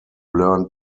learn